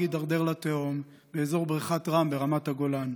הידרדר לתהום באזור ברכת רם ברמת הגולן.